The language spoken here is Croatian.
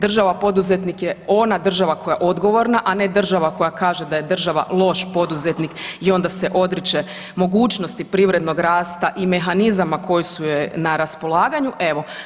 Država poduzetnik je ona država koja je odgovorna, a ne država koja kaže da je država loš poduzetnik i onda se odriče mogućnosti privrednog rasta i mehanizama koje su joj na raspolaganju evo.